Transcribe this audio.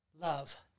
love